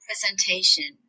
presentation